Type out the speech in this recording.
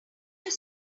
your